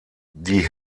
die